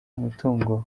umutungo